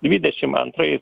dvidešim antrais